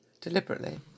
deliberately